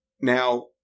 Now